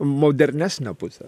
modernesnę pusę